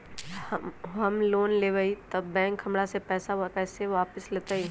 हम लोन लेलेबाई तब बैंक हमरा से पैसा कइसे वापिस लेतई?